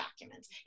documents